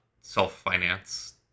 self-finance